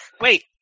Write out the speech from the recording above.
Wait